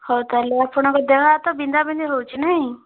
ହଉ ତା' ହେଲେ ଆପଣଙ୍କ ଦେହ ହାତ ବିନ୍ଧା ବିନ୍ଧି ହେଉଛି ନାହିଁ